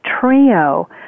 trio